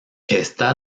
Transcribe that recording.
está